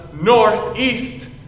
northeast